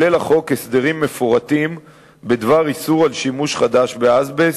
כלולים בחוק הסדרים מפורטים בדבר איסור שימוש חדש באזבסט,